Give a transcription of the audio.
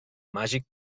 màgic